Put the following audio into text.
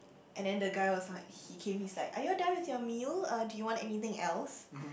and then the guy was like he came he's like are you all done with your meal uh do you want anything else